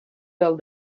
del